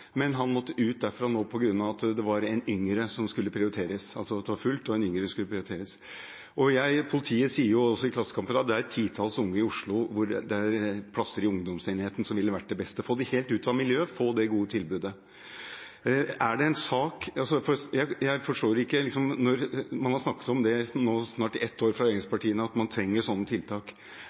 men han måtte ut derfra på grunn av at det var fullt, det var en yngre som skulle prioriteres. Politiet sier også i Klassekampen i dag at det for et titalls unge i Oslo er plasser i ungdomsenheten som ville vært det beste – få dem helt ut av miljøet, få det gode tilbudet. Når regjeringspartiene nå i snart ett år har snakket om at man trenger slike tiltak – og det er jo bare snakk om å øke antallet plasser i ungdomsenheten på Eidsvoll, de sier jo at